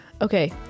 Okay